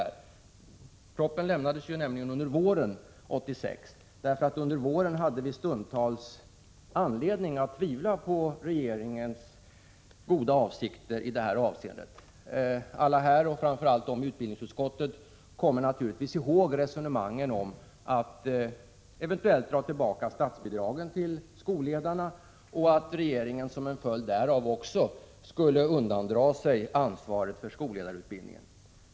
Propositionen lämnades ju under våren 1986, och då hade vi stundtals anledning att tvivla på regeringens goda avsikter i detta avseende. Alla här, och framför allt ledamöterna i utbildningsutskottet, kommer naturligtvis ihåg resonemangen om att eventuellt dra in de statsbidrag som utgår för skolledarna och att regeringen som en följd därav också skulle komma att undandra sig ansvaret för skolledarutbildningen.